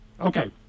Okay